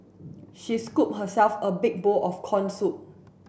she scooped herself a big bowl of corn soup